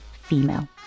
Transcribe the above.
female